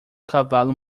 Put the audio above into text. cavalo